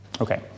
Okay